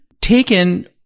taken